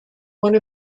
one